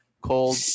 cold